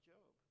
Job